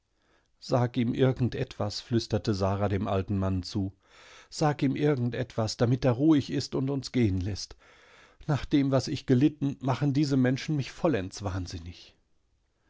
sag ihm irgendetwas flüsterte sara dem alten manne zu sag ihm irgendetwas damit er ruhig ist und uns gehen läßt nach dem was ich gelitten machen diese menschenmichvollendswahnsinnig imerfindeneinerausredeniemalssehrgeschicktundüberdiesmitdem wasseiner